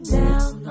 down